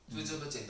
um